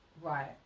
Right